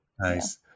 Nice